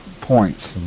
points